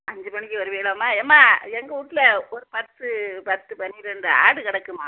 அஞ்சு மணிக்கு வருவீகளாம்மா அம்மா எங்கள் வீட்ல ஒரு பத்து பத்து பனிரெண்டு ஆடு கிடக்கும்மா